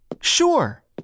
Sure